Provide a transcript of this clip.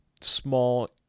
small